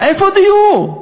איפה דיור?